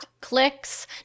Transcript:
clicks